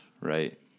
right